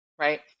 Right